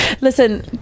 listen